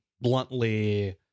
bluntly